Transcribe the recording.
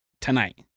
tonight